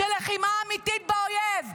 של לחימה אמיתית באויב,